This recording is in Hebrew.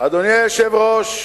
היושב-ראש,